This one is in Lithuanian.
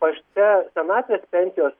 pašte senatvės pensijos